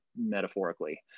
metaphorically